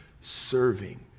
serving